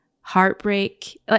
heartbreak